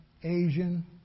Asian